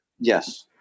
yes